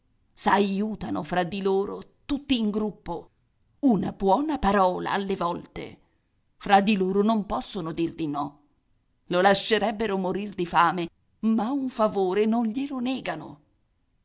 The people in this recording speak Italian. capitolo s'aiutano fra di loro tutti in un gruppo una buona parola alle volte fra di loro non possono dir di no lo lascerebbero morir di fame ma un favore non glielo negano